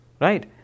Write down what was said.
right